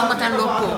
להעביר לוועדה.